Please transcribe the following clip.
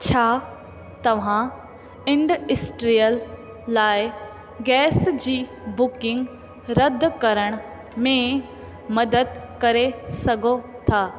छा तव्हां इंडस्ट्रीअल लाइ गैस जी बुकिंग रद्द करण में मदद करे सघो था